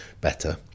better